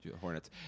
Hornets